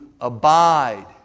abide